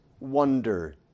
Wonder